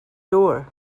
door